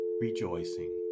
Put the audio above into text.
rejoicing